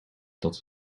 dat